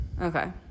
okay